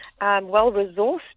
well-resourced